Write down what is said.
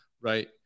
Right